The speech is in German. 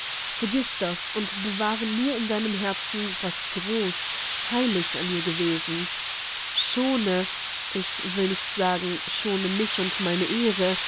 vergiß das und bewahre nur in deinem herzen was groß heilig an ihr gewesen schone ich will nicht sagen schone mich und meine ehre